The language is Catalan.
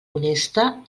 honesta